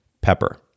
Pepper